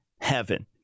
heaven